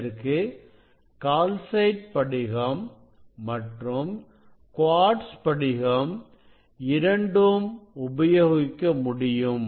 இதற்கு கால்சைட் படிகம் மற்றும் குவார்ட்ஸ் படிகம் இரண்டும் உபயோகிக்க முடியும்